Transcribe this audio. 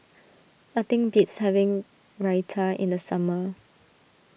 nothing beats having Raita in the summer